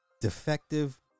defective